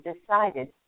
decided